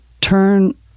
turn